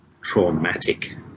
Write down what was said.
traumatic